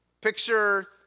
picture